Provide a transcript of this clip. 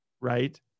right